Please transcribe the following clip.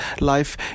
life